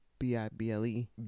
b-i-b-l-e